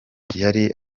yari